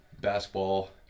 basketball